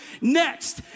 next